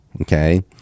okay